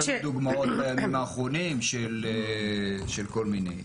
יש לנו דוגמאות בימים האחרונים של כל מיני.